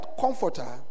Comforter